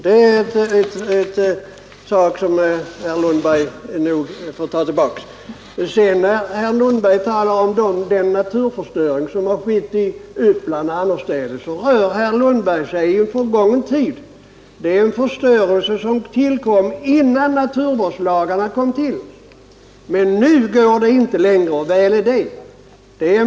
Det uttalandet får nog herr Lundberg ta tillbaka. När herr Lundberg talar om den naturförstöring som har skett i Uppland och annorstädes, rör han sig i en förgången tid. Det är en förstörelse som tillkom innan naturvårdslagarna kom till. Men nu går sådant inte längre, och väl är det.